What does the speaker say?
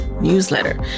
newsletter